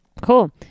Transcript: Cool